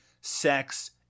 sex